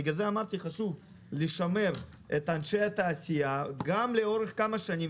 בגלל זה אמרתי שחשוב לשמר את אנשי התעשייה גם לאורך כמה שנים